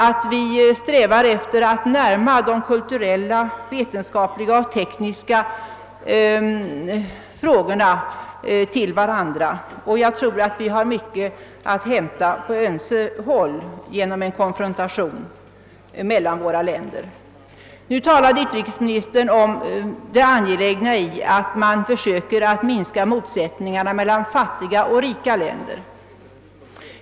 Vi bör sträva efter att främja utbytet av kulturella, vetenskapliga och tekniska frågor, och jag tror att vi på ömse håll har mycket att hämta om våra länder konfronteras med varandra. Utrikesministern talade om det angelägna i att man försöker minska motsättningarna mellan fattiga och rika län der.